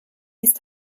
ist